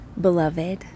beloved